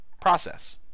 process